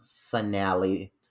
finale